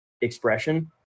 expression